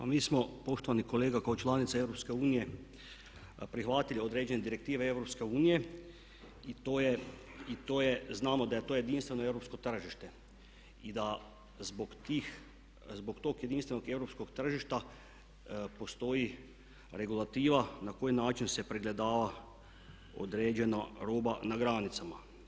Pa mi smo poštovani kolega kao članica EU prihvatili određene direktive EU i to je, znamo da je to jedinstveno europsko tržište i da zbog tog jedinstvenog europskog tržišta postoji regulativa na koji način se pregledava određena roba na granicama.